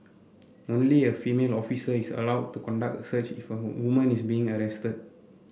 only a female officer is allowed to conduct a search if a a woman is being arrested